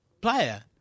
player